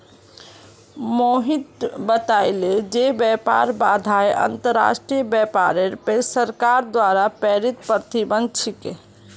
मोहित बताले जे व्यापार बाधाएं अंतर्राष्ट्रीय व्यापारेर पर सरकार द्वारा प्रेरित प्रतिबंध छिके